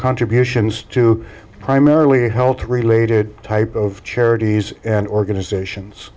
contributions to primarily health related type of charities and organizations